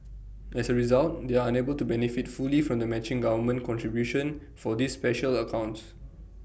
as A result they are unable to benefit fully from the matching government contribution for these special accounts